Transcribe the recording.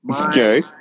Okay